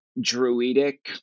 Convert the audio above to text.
druidic